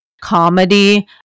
comedy